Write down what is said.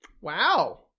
wow